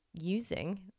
using